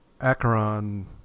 Acheron